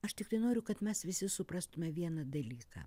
aš tiktai noriu kad mes visi suprastume vieną dalyką